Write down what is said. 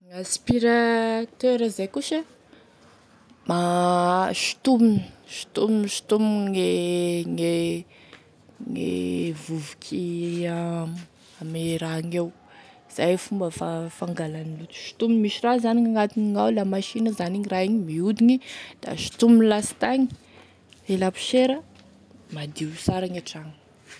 Gn'aspirateur zay koa sa da ma- sotomogny, sotomogny sotomogny e gne gne vovoky ame rahagneo izay e fomba fa- fangalagny sontominy misy raha zany gn'agnatiny ao, la machine zany igny raha igny, miodigny da sotomigny lasitany e laposiera madio sara gne tragno.